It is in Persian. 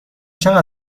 چقدر